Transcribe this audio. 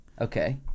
Okay